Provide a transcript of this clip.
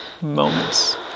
moments